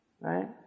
right